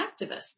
activists